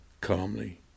calmly